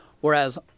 Whereas